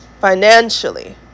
financially